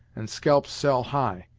and scalps sell high.